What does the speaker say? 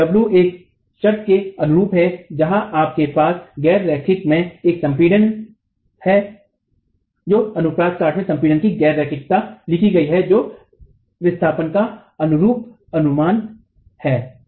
तो w एक शर्त के अनुरूप है जहां आपके पास गैर रैखिक में एक संपीड़न है अनुप्रस्थ काट में संपीड़न की गैर रैखिकता लिखी गई है जो विस्थापन का अनुरूप अनुमान है